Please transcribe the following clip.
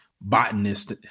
botanist